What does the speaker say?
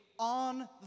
on